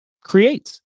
creates